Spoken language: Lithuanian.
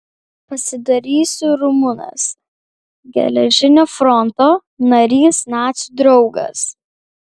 pasidarysiu rumunas geležinio fronto narys nacių draugas